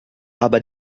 aber